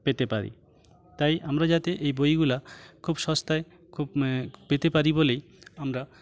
পেতে পারি তাই আমরা যাতে এই বইগুলো খুব সস্তায় খুব পেতে পারি বলেই আমরা